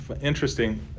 interesting